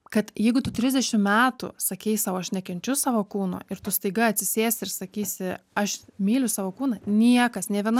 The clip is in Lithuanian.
kad jeigu tu trisdešim metų sakei sau aš nekenčiu savo kūno ir tu staiga atsisėsi ir sakysi aš myliu savo kūną niekas nė viena